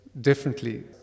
differently